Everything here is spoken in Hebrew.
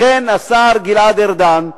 לכן, השר גלעד ארדן,